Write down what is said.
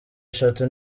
eshatu